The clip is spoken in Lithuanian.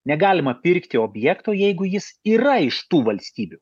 negalima pirkti objekto jeigu jis yra iš tų valstybių